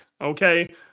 okay